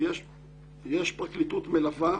יש פרקליטות מלווה,